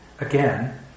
Again